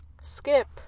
skip